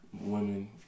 Women